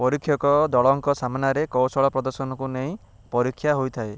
ପରୀକ୍ଷକ ଦଳଙ୍କ ସାମ୍ନାରେ କୌଶଳ ପ୍ରଦର୍ଶନକୁ ନେଇ ପରୀକ୍ଷା ହୋଇଥାଏ